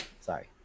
Sorry